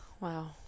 Wow